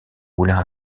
moulins